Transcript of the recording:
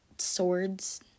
swords